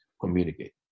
communicate